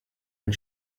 and